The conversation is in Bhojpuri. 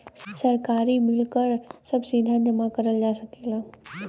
सरकारी बिल कर सभ सीधा जमा करल जा सकेला